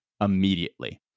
immediately